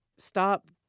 stop